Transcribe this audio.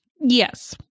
Yes